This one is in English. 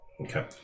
okay